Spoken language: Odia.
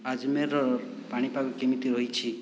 ଆଜମେରର ପାଣିପାଗ କେମିତି ରହିଛି